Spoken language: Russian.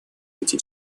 эти